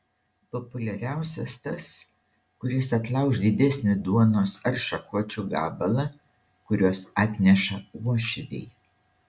populiariausias tas kuris atlauš didesnį duonos ar šakočio gabalą kuriuos atneša uošviai